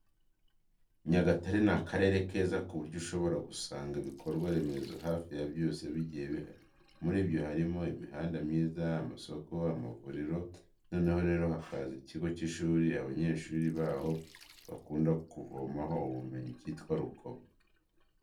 Nyagatare ni akarere keza cyane ku buryo ushobora gusanga ibikorwa remezo hafi ya byose bigiye bihari. Muri byo harimo imihanda myiza, amasoko, amavuriro, noneho rero hakaza ikigo cy'ishuri abanyeshuri baho bakunda kuvomaho ubumenyi cyitwa Rukomo.